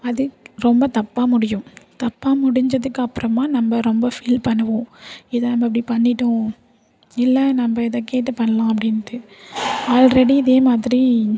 அது ரொம்ப தப்பாக முடியும் தப்பாக முடிஞ்சதுக்கு அப்புறமா நம்ம ரொம்ப ஃபீல் பண்ணுவோம் இதை நம்ம இப்படி பண்ணிட்டோம் இல்லை நம்ம இதை கேட்டு பண்ணலாம் அப்படின்ட்டு ஆல்ரெடி இதேமாதிரி